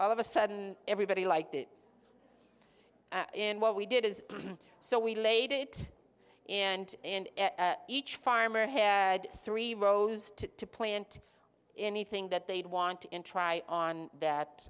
all of a sudden everybody liked it in what we did is so we laid it and and each farmer had three rows to plant anything that they'd want to in try on that